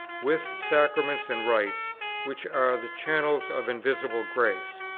with sacraments and rites which are the channels of invisible grace.